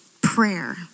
prayer